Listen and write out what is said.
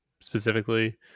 specifically